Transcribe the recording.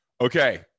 Okay